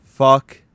Fuck